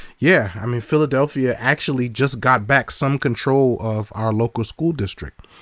yeah, i mean, philadelphia actually just got back some control of our local school district.